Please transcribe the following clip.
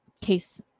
case